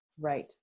Right